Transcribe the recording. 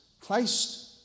Christ